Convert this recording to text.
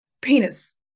penis